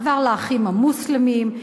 חבר ל"אחים המוסלמים".